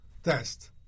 test